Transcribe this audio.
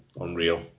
Unreal